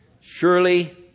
Surely